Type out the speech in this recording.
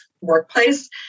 workplace